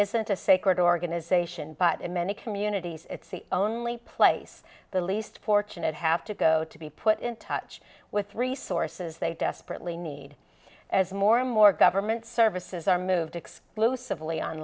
isn't a sacred organization but in many communities it's the only place the least fortunate have to go to be put in touch with resources they desperately need as more and more government services are moved exclusively on